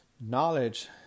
Knowledge